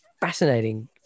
fascinating